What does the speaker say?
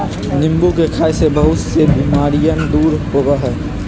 नींबू के खाई से बहुत से बीमारियन दूर होबा हई